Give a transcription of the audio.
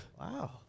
Wow